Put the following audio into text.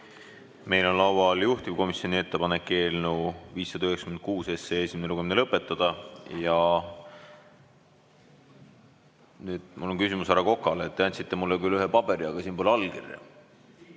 Meil on laual juhtivkomisjoni ettepanek eelnõu 596 esimene lugemine lõpetada. Mul on küsimus härra Kokale: te andsite mulle küll ühe paberi, aga siin pole allkirja.